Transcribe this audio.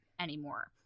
anymore